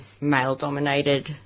male-dominated